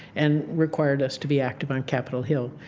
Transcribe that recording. and required us to be active on capitol hill.